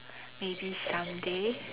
maybe someday